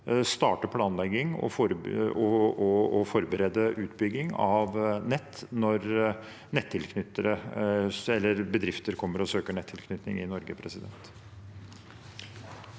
starte planlegging og forberede utbygging av nett når bedrifter kommer og søker nettilknytning i Norge. Presidenten